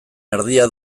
erdia